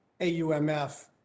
AUMF